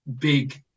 big